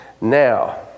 Now